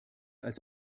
als